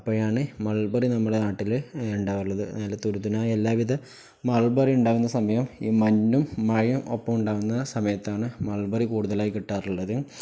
അപ്പോഴാണ് മള്ബറി നമ്മുടെ നാട്ടിലുണ്ടാകാറുള്ളത് നല്ല എല്ലാവിധ മള്ബറിയുണ്ടാകുന്ന സമയം ഈ മഞ്ഞും മഴയും ഒപ്പമുണ്ടാകുന്ന സമയത്താണ് മള്ബറി കൂടുതലായി കിട്ടാറുള്ളത്